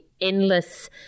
endless